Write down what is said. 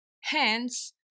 Hence